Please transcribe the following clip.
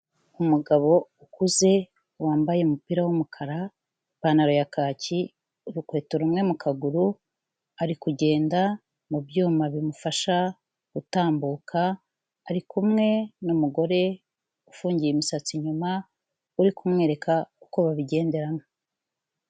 Umugabo ukuze, wambaye umupira w'umukara, ipantaro ya kacyi, urukweto rumwe mu kaguru, ari kugenda mu byuma bimufasha gutambuka ari kumwe n'umugore ufungiye imisatsi inyuma uri kumwereka uko babigenderamo.